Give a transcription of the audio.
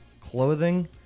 clothing